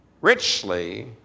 richly